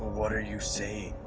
what are you saying?